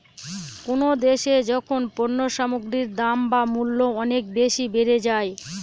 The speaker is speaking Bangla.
কোনো দেশে যখন পণ্য সামগ্রীর দাম বা মূল্য অনেক বেশি বেড়ে যায়